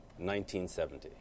1970